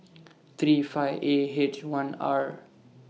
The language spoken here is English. three five A H one R